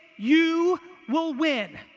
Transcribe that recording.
you will win.